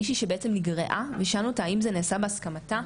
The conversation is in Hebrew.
מישהי שבעצם נגרעה ושאלנו אותה האם זה נעשה בהסכמתה: